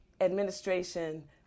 administration